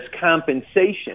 compensation